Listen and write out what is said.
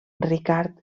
ricard